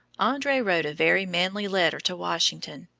andre wrote a very manly letter to washington,